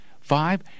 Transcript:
Five